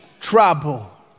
trouble